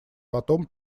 потом